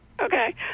okay